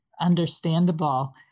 Understandable